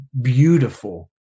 beautiful